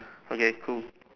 okay cool